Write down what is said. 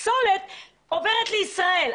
הפסולת עוברת לישראל.